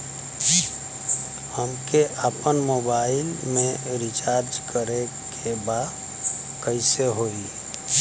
हमके आपन मोबाइल मे रिचार्ज करे के बा कैसे होई?